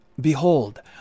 Behold